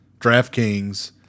DraftKings